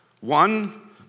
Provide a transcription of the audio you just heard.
One